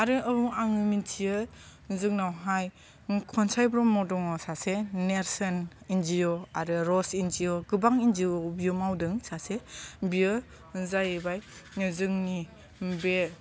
आरो औ आङो मिन्थियो जोंनावहाय खनसाय ब्रह्म दङ सासे नेरसोन एन जि अ आरो रस एन जि अ गोबां एन जि अ बियो मावदों सासे बियो जाहैबाय जोंनि बे